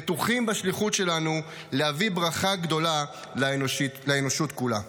בטוחים בשליחות שלנו להביא ברכה גדולה לאנושות כולה.